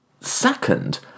Second